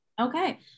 Okay